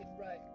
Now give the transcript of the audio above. right